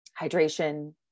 Hydration